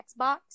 Xbox